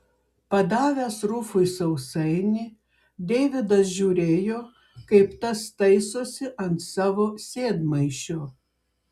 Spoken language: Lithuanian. padavęs rufui sausainį deividas žiūrėjo kaip tas taisosi ant savo sėdmaišio